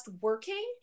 working